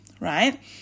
right